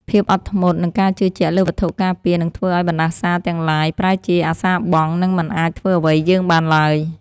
ភាពអត់ធ្មត់និងការជឿជាក់លើវត្ថុការពារនឹងធ្វើឱ្យបណ្តាសាទាំងឡាយប្រែជាអសារបង់និងមិនអាចធ្វើអ្វីយើងបានឡើយ។